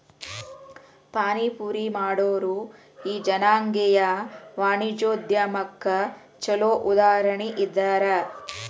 ಪಾನಿಪುರಿ ಮಾಡೊರು ಈ ಜನಾಂಗೇಯ ವಾಣಿಜ್ಯೊದ್ಯಮಕ್ಕ ಛೊಲೊ ಉದಾಹರಣಿ ಇದ್ದಾರ